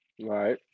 Right